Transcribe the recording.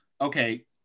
okay